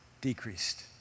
decreased